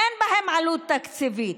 אין בהן עלות תקציבית.